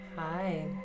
Hi